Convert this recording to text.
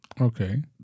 okay